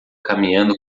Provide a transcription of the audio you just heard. caminhando